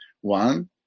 one